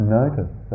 notice